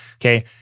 Okay